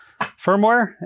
firmware